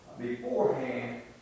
beforehand